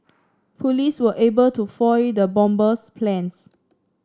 police were able to foil the bomber's plans